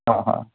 हां हां